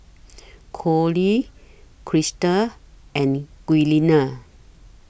Conley Crista and Giuliana